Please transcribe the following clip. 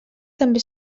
també